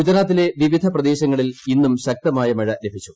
ഗുജറാത്തിലെ വിവിധ പ്രദേശങ്ങളിൽ ഇന്നും ശക്തമായ മഴ ലഭിച്ചു